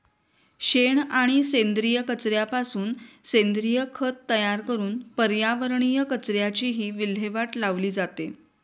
शेण आणि सेंद्रिय कचऱ्यापासून सेंद्रिय खत तयार करून पर्यावरणीय कचऱ्याचीही विल्हेवाट लावली जाते